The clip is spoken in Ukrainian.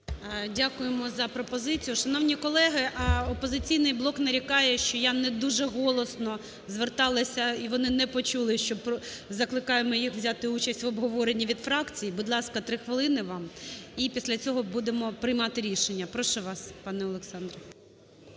Дякуємо за пропозицію. Шановні колеги, "Опозиційний блок" нарікає, що я не дуже голосно зверталася, і вони не почули, що закликаємо їх взяти участь в обговоренні від фракцій. Будь ласка, 3 хвилини вам. І після цього будемо приймати рішення. Прошу вас, пане Олександре.